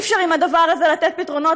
אי-אפשר עם הדבר הזה לתת פתרונות